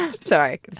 sorry